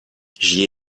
j’y